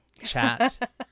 chat